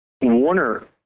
Warner